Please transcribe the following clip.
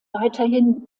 weiterhin